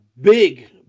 big